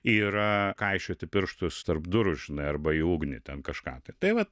yra kaišioti pirštus tarp durų žinai arba į ugnį ten kažką tai tai vat